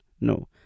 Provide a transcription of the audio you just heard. no